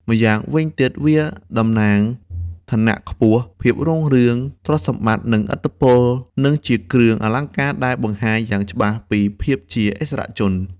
ម្យ៉ាងវិញទៀតវាដំណាងយ ឋានៈខ្ពស់ ភាពរុងរឿង ទ្រព្យសម្បត្តិ និងឥទ្ធិពលនិងជាគ្រឿងអលង្ការដែលបង្ហាញយ៉ាងច្បាស់ពីភាពជាឥស្សរជន។